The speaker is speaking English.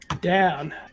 down